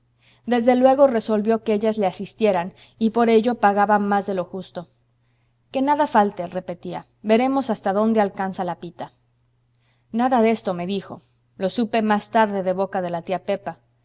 desde luego resolvió que ellas le asistieran y por ello pagaba más de lo justo que nada falte repetía veremos hasta dónde alcanza la pita nada de esto me dijo lo supe más tarde de boca de la tía pepa